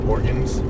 Organs